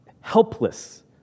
helpless